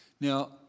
Now